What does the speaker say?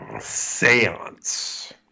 Seance